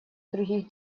других